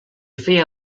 feia